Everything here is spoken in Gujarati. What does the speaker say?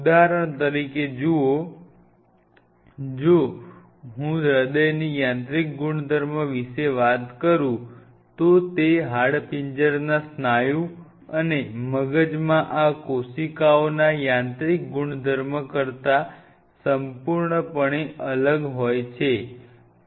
ઉદાહરણ તરીકે જુઓ જો હું હૃદયની યાંત્રિક ગુણધર્મ વિશે વાત કરું તો તે હાડપિંજરના સ્નાયુ અને મગજમાં આ કોશિકાઓના યાંત્રિક ગુણધર્મ કરતાં સંપૂર્ણપણે અલગ હોય છે તો